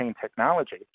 technology